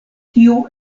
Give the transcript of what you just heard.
tiu